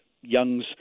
Young's